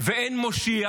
ואין מושיע.